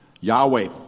Yahweh